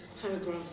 paragraph